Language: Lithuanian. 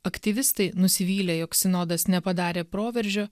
aktyvistai nusivylė jog sinodas nepadarė proveržio